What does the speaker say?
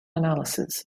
analysis